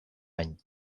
any